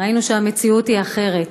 ראינו שהמציאות היא אחרת.